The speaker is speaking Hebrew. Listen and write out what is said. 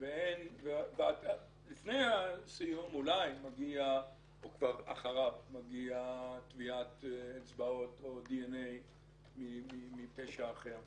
לפני הסיום או כבר אחריו מגיעות טביעות אצבעות או די-אן-איי מפשע אחר.